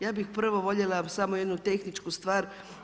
Ja bih prvo voljela samo jednu tehničku stvar.